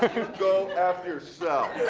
go f yourself.